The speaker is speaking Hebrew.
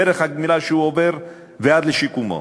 דרך הגמילה שהוא עובר ועד לשיקומו,